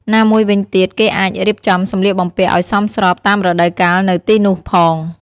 ណាមួយវិញទៀត គេអាចរៀបចំសម្លៀកបំពាក់ឱ្យសមស្របតាមរដូវកាលនៅទីនោះផង។